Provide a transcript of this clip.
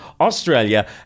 Australia